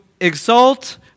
exalt